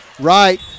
right